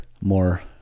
more